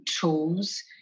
tools